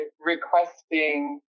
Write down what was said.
requesting